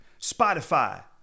spotify